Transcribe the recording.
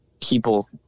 people